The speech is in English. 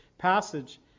passage